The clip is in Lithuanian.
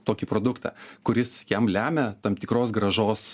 tokį produktą kuris jam lemia tam tikros grąžos